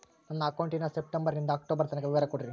ನನ್ನ ಅಕೌಂಟಿನ ಸೆಪ್ಟೆಂಬರನಿಂದ ಅಕ್ಟೋಬರ್ ತನಕ ವಿವರ ಕೊಡ್ರಿ?